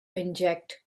inject